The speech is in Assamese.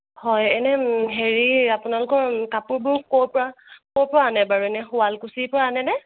হয় এনে হেৰি আপোনালোকৰ কাপোৰবোৰ ক'ৰ পৰা ক'ৰ পৰা আনে বাৰু এনে শুৱালকুছিৰ পৰা আনেনে